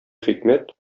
хикмәт